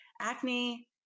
acne